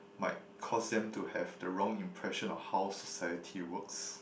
might cause them to have the wrong impression of how society works